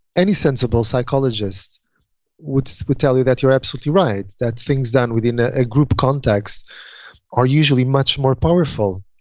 any sensible psychologist would would tell you that you're absolutely right. that things done within a group context are usually much more powerful